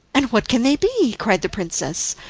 and what can they be? cried the princess.